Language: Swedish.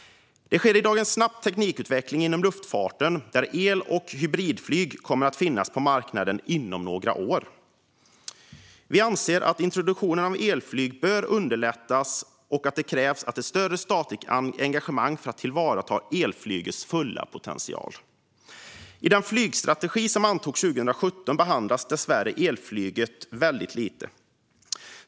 Det sker i dag en snabb teknikutveckling inom luftfarten där el och hybridflyg kommer att finnas på marknaden inom några år. Vi anser att introduktionen av elflyg bör underlättas, och det krävs ett större statligt engagemang för att tillvarata elflygets fulla potential. I den flygstrategi som antogs 2017 behandlas dessvärre elflyget lite.